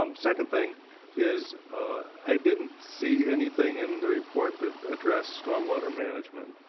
um second thing is i didn't see anything in the report that addressed storm water management.